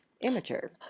immature